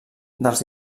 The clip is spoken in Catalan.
dels